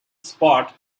spot